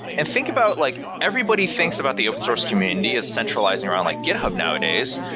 and think about like everybody thinks about the open source community is centralizing around like github nowadays.